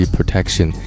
Protection